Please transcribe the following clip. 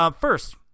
First